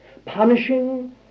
Punishing